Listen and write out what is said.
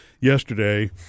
yesterday